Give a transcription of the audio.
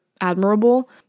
admirable